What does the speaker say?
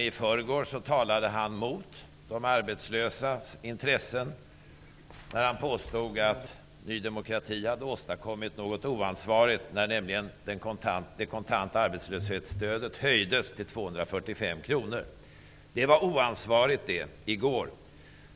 I förrgår talade han mot de arbetslösas intressen, när han påstod att Ny demokrati hade åstadkommit något oansvarigt, nämligen att det kontanta arbetslöshetsunderstödet höjdes till 245 kr. Det var oansvarigt, i går.